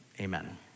Amen